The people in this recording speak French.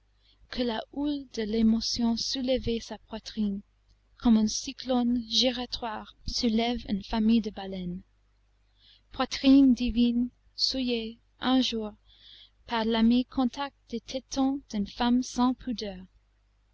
que la houle de l'émotion soulevait sa poitrine comme un cyclone giratoire soulève une famille de baleines poitrine divine souillée un jour par l'amer contact des tétons d'une femme sans pudeur